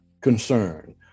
concern